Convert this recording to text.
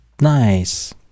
Nice